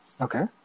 Okay